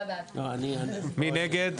מי נגד?